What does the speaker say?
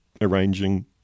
arranging